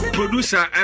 Producer